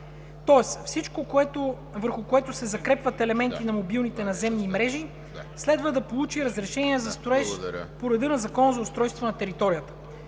Тоест всичко, върху което се закрепват елементи на мобилните наземни мрежи, следва да получи разрешение за строеж по реда на Закона за устройство на територията.